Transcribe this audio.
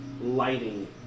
lighting